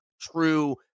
true